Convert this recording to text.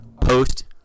post